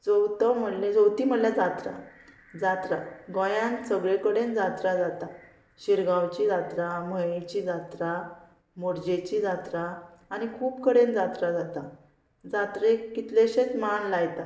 चवथो म्हणल्यार चवथी म्हणल्यार जात्रा जात्रा गोंयान सगळे कडेन जात्रा जाता शिरगांवची जात्रा मयेची जात्रा मोरजेची जात्रा आनी खूब कडेन जात्रा जाता जात्रेक कितलेशेच माण लायतात